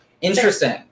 Interesting